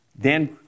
Dan